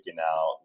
out